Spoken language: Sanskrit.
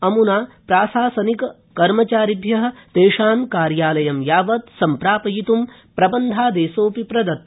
अमुना प्राशासनिक कर्मचारिभ्य तेषां कार्यालयं यावत् सम्प्रापयित्ं प्रबन्धादेशोऽपि प्रदत्त